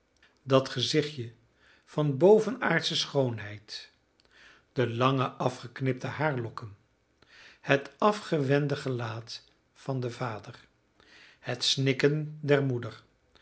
dat gezichtje van bovenaardsche schoonheid de lange afgeknipte haarlokken het afgewende gelaat van den vader het snikken der moeder